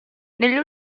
negli